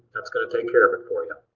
that's going to take care of it for you.